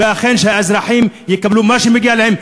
ואכן שהאזרחים יקבלו מה שמגיע להם.